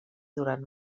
durant